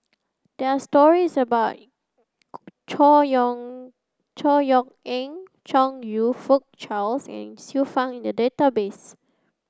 there are stories about Chor Yeok Chor Yeok Eng Chong You Fook Charles and Xiu Fang in the database